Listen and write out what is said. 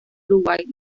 uruguay